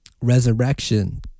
Resurrection